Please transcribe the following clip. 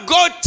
God